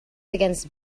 against